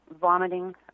vomiting